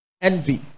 envy